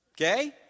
Okay